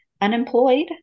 unemployed